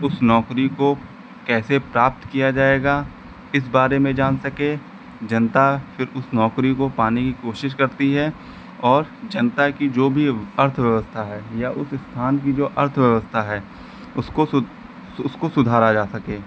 उस नौकरी को कैसे प्राप्त किया जाएगा इस बारे में जान सके जनता फिर उस नौकरी को पाने की कोशिश करती है और जनता की जो भी अर्थव्यवस्था है या उस स्थान की जो अर्थव्यवस्था है उसको सु उसको सुधारा जा सके